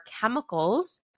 chemicals